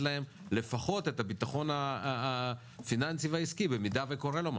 להם לפחות את הביטחון הפיננסי והעסקי במידה וקורה לו משהו.